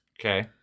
Okay